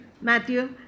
Matthew